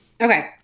Okay